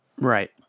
right